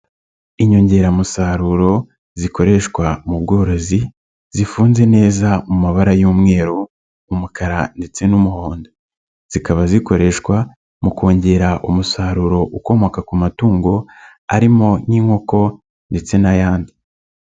Inyongeramusaruro zikoreshwa mu bworozi, zifunze neza mu mabara y'umweru, umukara, ndetse n'umuhondo. Zikaba zikoreshwa mu kongera umusaruro ukomoka ku matungo, arimo nk'inkoko ndetse n'ayandi.